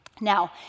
Now